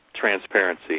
Transparency